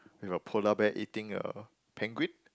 with a polar bear eating a penguin